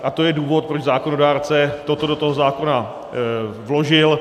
A to je důvod, proč zákonodárce toto do toho zákona vložil.